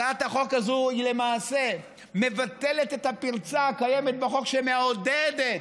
הצעת החוק הזאת למעשה מבטלת את הפרצה הקיימת בחוק שמעודדת,